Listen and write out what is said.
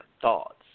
thoughts